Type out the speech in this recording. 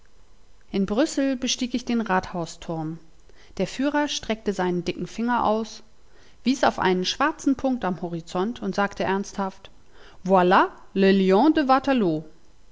in brüssel bestieg ich den rathausturm der führer streckte seinen dicken finger aus wies auf einen schwarzen punkt am horizont und sagte ernsthaft